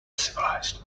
civilized